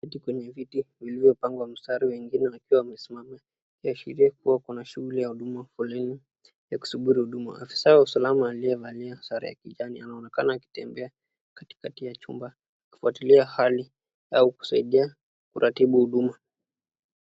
Wameketi kwenye viti vilivyopangwa mstari, wengine wakiwa wamesimama, wakishiria kuwa kuna shughuli ya huduma foleni ya kusubiri huduma. Afisa wa usalama aliyevaa sare ya kijani anaonekana akitembea katikati ya chumba kufuatilia hali au kusaidia kuratibu huduma.